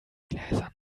gläsern